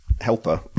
helper